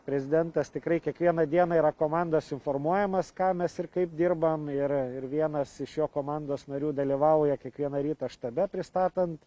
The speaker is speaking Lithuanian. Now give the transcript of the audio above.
prezidentas tikrai kiekvieną dieną yra komandos informuojamas ką mes ir kaip dirbam ir ir vienas iš jo komandos narių dalyvauja kiekvieną rytą štabe pristatant